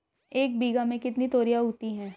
एक बीघा में कितनी तोरियां उगती हैं?